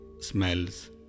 smells